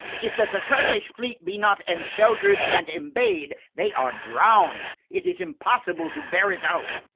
if that the turkish fleet be not enshelter'd and embay'd, they are drown'd it is impossible to bear it out.